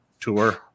tour